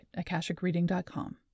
akashicreading.com